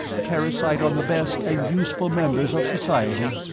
parasite on the best and useful members of society.